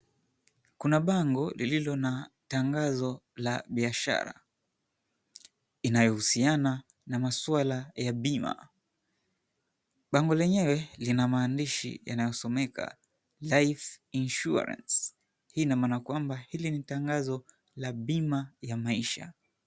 Kuna bango lililo na tangazo la biashara inayohusiana na masuala ya bima. Bango lenyewe lina maandishi yanayosomeka Life Insurance . Hii ina maana kwamba hili ni tangazo la bima ya maisha.